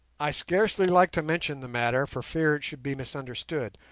i scarcely like to mention the matter for fear it should be misunderstood.